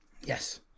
Yes